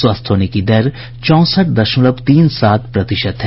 स्वस्थ होने की दर चौंसठ दशमलव तीन सात प्रतिशत है